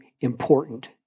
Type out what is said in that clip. important